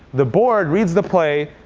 the board reads the play,